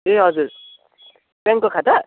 ए हजुर ब्याङ्कको खाता